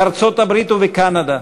בארצות-הברית ובקנדה,